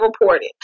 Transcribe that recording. reported